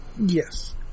Yes